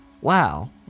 Wow